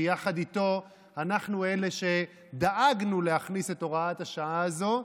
שיחד איתו אנחנו אלה שדאגנו להכניס את הוראת השעה הזו,